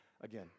again